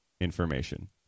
information